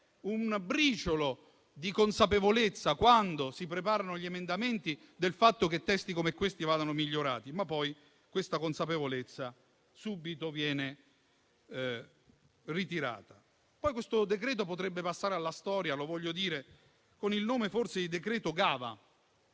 un briciolo di consapevolezza, quando si preparano gli emendamenti, del fatto che testi come questi vadano migliorati, ma poi tale consapevolezza subito si ritrae. Questo decreto-legge potrebbe passare alla storia - lo voglio dire - con il nome forse di "decreto Gava".